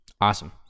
Awesome